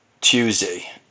Tuesday